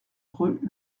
rue